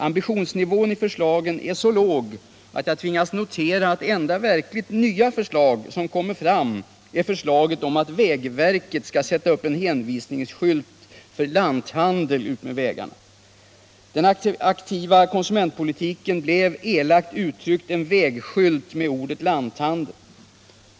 Ambitionsnivån i förslagen är så låg att jag tvingas notera att det enda verkligt nya förslag som kommer fram är förslaget om att vägverket skall sätta upp en hänvisningsskylt för lanthandel utmed vägarna. Den aktiva konsumentpolitiken blev elakt uttryckt en vägskylt med ordet lanthandel.